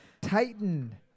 Titan